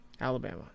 alabama